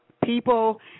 people